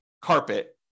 carpet